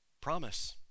promise